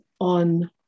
on